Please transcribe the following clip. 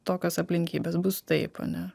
tokios aplinkybės bus taip ane